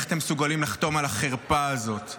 איך אתם מסוגלים לחתום על החרפה הזאת?